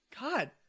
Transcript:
God